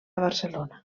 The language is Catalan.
barcelona